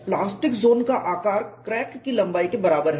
plastic zone का आकार crack की लंबाई के बराबर है